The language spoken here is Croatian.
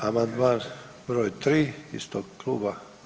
Amandman broj 3. istog kluba.